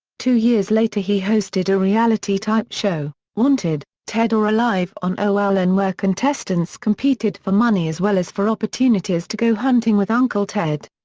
two years later he hosted a reality-type show, wanted ted or alive on oln and where contestants competed for money as well as for opportunities to go hunting with uncle ted.